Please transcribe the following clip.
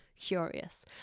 curious